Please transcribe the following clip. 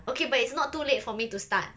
okay but it's not too late for me to start